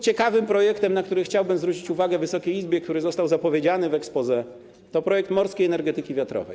Ciekawym projektem, na który chciałbym zwrócić uwagę Wysokiej Izbie, który został zapowiedziany w exposé, jest projekt morskiej energetyki wiatrowej.